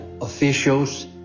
officials